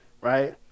right